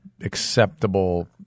acceptable –